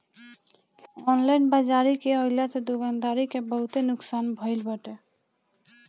online बाजारी के आइला से दुकानदारी के बहुते नुकसान भईल बाटे